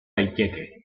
daiteke